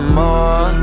more